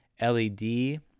LED